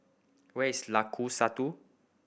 where is Lengkong Satu